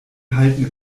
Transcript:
halten